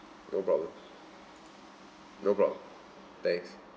no problem no problem thanks